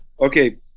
Okay